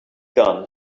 gun